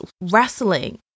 wrestling